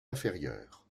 inférieure